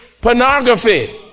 pornography